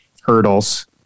hurdles